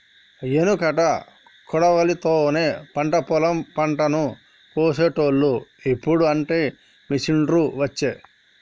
ఎనుకట కొడవలి తోనే పంట పొలం పంటను కోశేటోళ్లు, ఇప్పుడు అంటే మిషిండ్లు వచ్చే